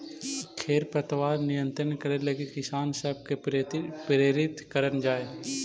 खेर पतवार नियंत्रण करे लगी किसान सब के प्रेरित करल जाए